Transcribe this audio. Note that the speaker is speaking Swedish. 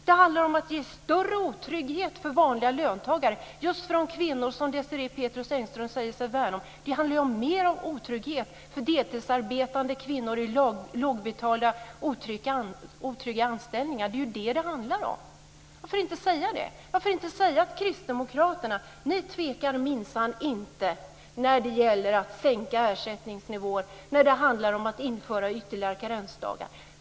Det handlar om att ge större otrygghet för vanliga löntagare, just för de kvinnor som Desirée Pethrus Engström säger sig värna om. Det handlar om mer otrygghet för deltidsarbetande kvinnor i lågbetalda otrygga anställningar. Det är vad det handlar om. Varför inte säga det? Varför inte säga att kristdemokraterna minsann inte tvekar när det gäller att sänka ersättningsnivåer och att införa ytterligare karensdagar?